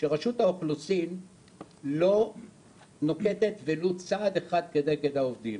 שרשות האוכלוסין לא נוקטת ולו צער אחד כנגד העובדים.